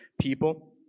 people